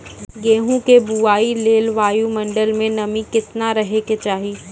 गेहूँ के बुआई लेल वायु मंडल मे नमी केतना रहे के चाहि?